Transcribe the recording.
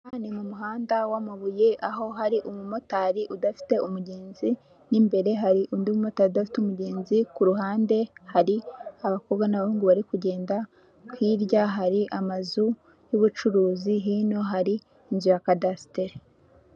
Aha ni mu muhanda wamabuye, aho hari umu motari udafite umugenzi, n'imbere hari undi mu motari udafite umugenzi, ku ruhande hari abakobwa n'abahungu bari kugenda, hirya hari amazu y'ubucuruzi, hino hari inzu ya kadaseteri.